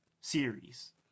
series